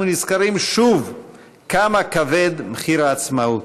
נזכרים שוב כמה כבד מחיר העצמאות.